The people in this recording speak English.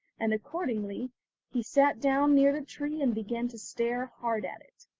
and accordingly he sat down near the tree and began to stare hard at it.